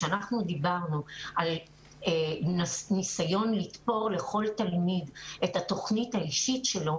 כשאנחנו דיברנו על ניסיון לתפור לכל תלמיד את התכנית האישית שלו,